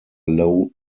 low